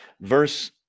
Verse